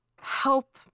help